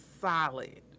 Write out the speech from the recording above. solid